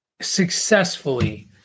successfully